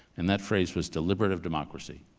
and that phrase was deliberative democracy.